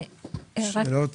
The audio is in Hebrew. שאלות?